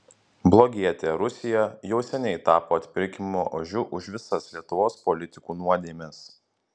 blogietė rusija jau seniai tapo atpirkimo ožiu už visas lietuvos politikų nuodėmes